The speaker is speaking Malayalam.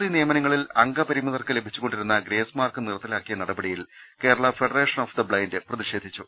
സി നിയമനങ്ങളിൽ അംഗപരിമിതർക്ക് ലഭിച്ചുകൊണ്ടിരുന്ന ഗ്രേസ് മാർക്ക് നിർത്തലാക്കിയ നടപടിയിൽ Kerala federation of the blind പ്രതിഷേധിച്ചു